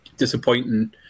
Disappointing